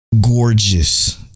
gorgeous